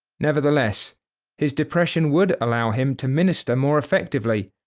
nevertheless his depression would allow him to minister more effectively,